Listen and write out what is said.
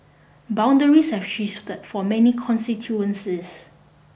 boundaries have shifted for many constituencies